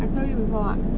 I told you before [what]